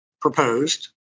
proposed